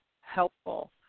helpful